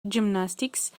gymnastics